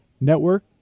network